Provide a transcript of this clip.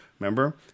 Remember